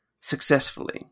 successfully